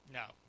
no